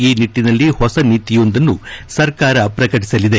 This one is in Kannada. ಈ ನಿಟ್ಟನಲ್ಲಿ ಹೊಸ ನೀತಿಯೊಂದನ್ನು ಸರ್ಕಾರ ಪ್ರಕಟಿಸಲಿದೆ